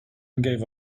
gave